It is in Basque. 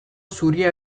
zuria